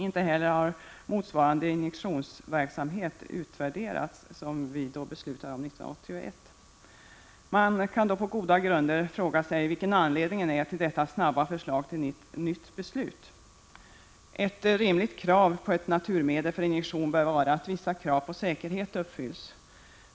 Inte heller har den injektionsverksamhet som vi beslutade om 1981 utvärderats. Man kan på goda grunder fråga sig vilken anledningen är till detta förslag om att så snabbt fatta ett nytt beslut. Ett rimligt krav på ett naturmedel för injektion bör vara att vissa säkerhetsaspekter uppfylls.